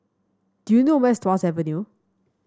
do you know where is Tuas Avenue